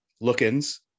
look-ins